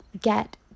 get